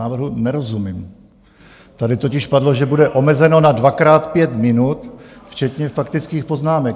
Tady totiž padlo, že bude omezeno na dvakrát pět minut včetně faktických poznámek.